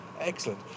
excellent